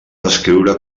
descriure